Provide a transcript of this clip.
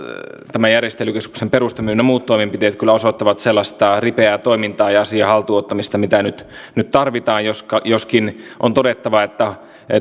tämä järjestelykeskuksen perustaminen ynnä muut toimenpiteet kyllä osoittavat sellaista ripeää toimintaa ja asian haltuun ottamista mitä nyt nyt tarvitaan joskin joskin on todettava että